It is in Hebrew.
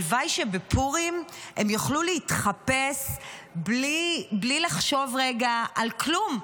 הלוואי שבפורים הם יוכלו להתחפש בלי לחשוב רגע על כלום.